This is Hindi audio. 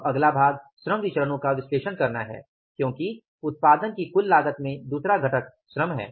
अब अगला भाग श्रम विचरणो का विश्लेषण करना है क्योंकि उत्पादन की कुल लागत में दूसरा घटक श्रम है